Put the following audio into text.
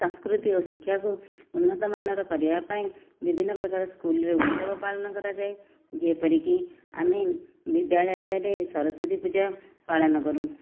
ସଂସ୍କୃତି ଓ ଶିକ୍ଷାକୁ ଉନ୍ନତମାନର କରିବାପାଇଁ ବିଭିନ୍ନପ୍ରକାର ସ୍କୁଲ୍ରେ ଉତ୍ସବ ପାଳନ କରାଯାଏ ଯେପରିକି ଆମେ ବିଦ୍ୟାଳୟରେ ସରସ୍ଵତୀ ପୂଜା ପାଳନକରୁ